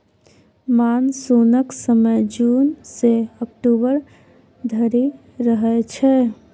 मानसुनक समय जुन सँ अक्टूबर धरि रहय छै